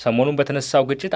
someone with an assault which i